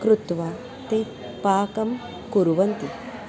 कृत्वा ते पाकं कुर्वन्ति